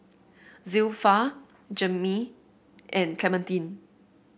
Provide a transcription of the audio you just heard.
Zilpha Jaimie and Clementine